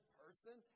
person